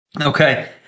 Okay